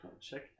Check